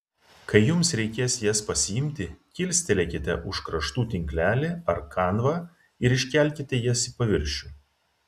kai jums reikės jas pasiimti kilstelėkite už kraštų tinklelį ar kanvą ir iškelkite jas į paviršių